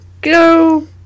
go